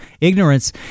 Ignorance